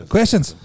Questions